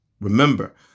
Remember